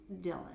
Dylan